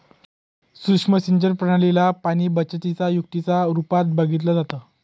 सुक्ष्म सिंचन प्रणाली ला पाणीबचतीच्या युक्तीच्या रूपात बघितलं जातं